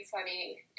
funny